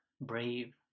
brave